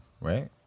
right